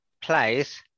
place